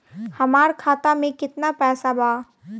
हमार खाता में केतना पैसा बा?